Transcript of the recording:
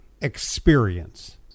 experience